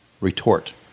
retort